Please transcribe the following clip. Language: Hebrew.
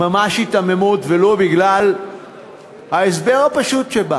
ממש היתממות, ולו בגלל ההסבר הפשוט שבוא